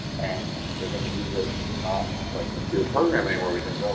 and they're going to use it not like computer programming where we think, oh,